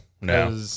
No